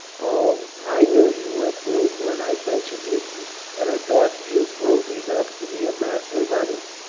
o, i knew you were brute when i ventured with you, but i thought you brute enough to be a master of others.